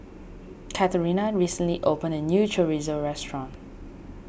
Katarina recently opened a new Chorizo restaurant